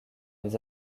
les